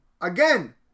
again